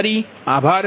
ફરી આભાર